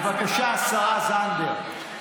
בבקשה, השרה זנדברג.